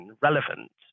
relevant